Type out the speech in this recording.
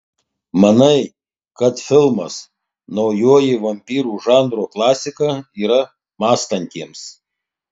manai kad filmas naujoji vampyrų žanro klasika yra mąstantiems